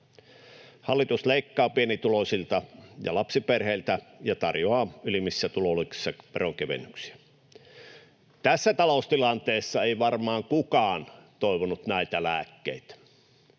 Hallitus leikkaa pienituloisilta ja lapsiperheiltä ja tarjoaa ylimmissä tuloluokissa veronkevennyksiä. Tässä taloustilanteessa ei varmaan kukaan toivonut näitä lääkkeitä.